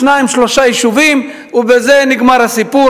שניים-שלושה יישובים ובזה נגמר הסיפור.